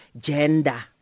gender